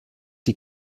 die